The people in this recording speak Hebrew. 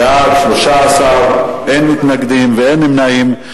בעד, 13, אין מתנגדים ואין נמנעים.